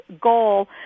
goal